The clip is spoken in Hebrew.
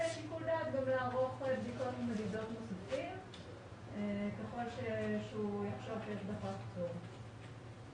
יש שיקול דעת אם לערוך בדיקות נוספות ככל שהוא יחשוב שיש בכך צורך.